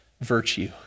virtue